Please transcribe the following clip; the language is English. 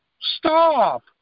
stop